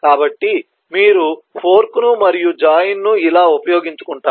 కాబట్టి మీరు ఫోర్క్ను మరియు జాయిన్ ను ఇలా ఉపయోగించుకుంటారు